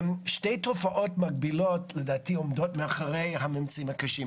שתי תופעות מקבילות לדעתי עומדות מאחורי הממצאים הקשים.